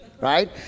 right